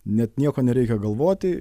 net nieko nereikia galvoti